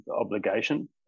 obligation